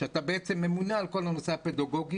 שאתה בעצם ממונה על כל הנושא הפדגוגי,